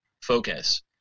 focus